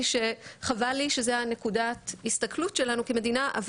שחבל לי שזה נקודת ההסתכלות שלנו כמדינה,